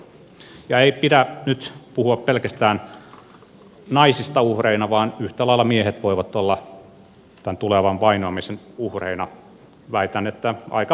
ei pidä nyt puhua pelkästään naisista uhreina vaan yhtä lailla miehet voivat olla tämän tulevan vainoamisen uhreina väitän että aika paljoltikin